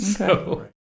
Okay